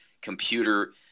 computer